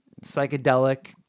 Psychedelic